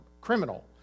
criminal